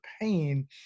pain